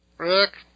Rick